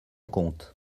compte